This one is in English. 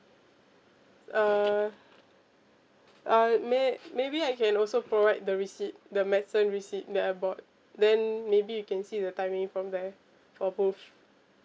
uh uh may maybe I can also provide the receipt the medicine receipt that I bought then maybe you can see the timing from there for proof